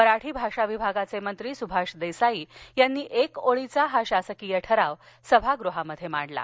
मराठी भाषा विभागाचे मंत्री सुभाष देसाई यांनी एक ओळीचा हा शासकीय ठराव सभागृहात मांडला